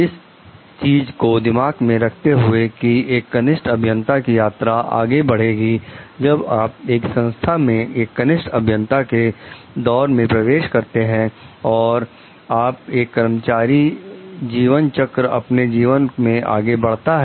इस चीज को दिमाग में रखते हुए की एक कनिष्ठ अभियंता की यात्रा आगे बढ़ेगी जब आप एक संस्था में एक कनिष्ठ अभियंता के दौर में प्रवेश करते हैं और आप का कर्मचारी जीवन चक्र आपके जीवन में आगे बढ़ता है